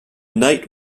night